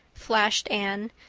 flashed anne,